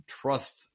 trust